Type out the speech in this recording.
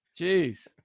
Jeez